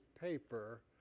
paper